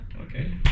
okay